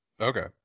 Okay